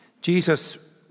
Jesus